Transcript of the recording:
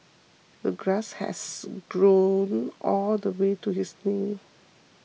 the grass has grown all the way to his knee